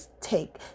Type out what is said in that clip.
take